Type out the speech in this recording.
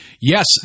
Yes